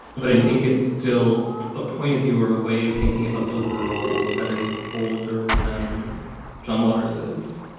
but i think it's still a point of view or a way of thinking about the world that is older than john waters is.